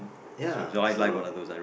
ya so